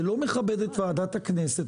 זה לא מכבד את ועדת הכנסת.